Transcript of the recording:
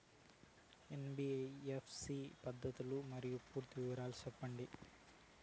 NBFC పద్ధతులు మరియు పూర్తి వివరాలు సెప్పండి?